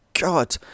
God